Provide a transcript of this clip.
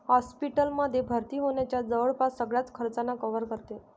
hospital मध्ये भर्ती होण्याच्या जवळपास सगळ्याच खर्चांना कव्हर करते